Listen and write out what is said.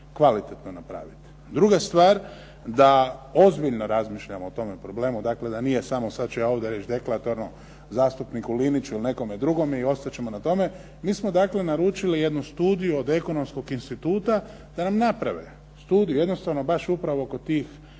kvalitetno napraviti. Druga stvar, da ozbiljno razmišljam o tome problemu, dakle da nije samo sad ću ja ovdje reći deklaratorno zastupniku Liniću ili nekome drugome i ostat ćemo na tome. Mi smo dakle naručili jednu studiju od Ekonomskog instituta da nam naprave studiju jednostavno baš upravo oko tih